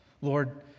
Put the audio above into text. Lord